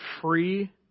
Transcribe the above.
free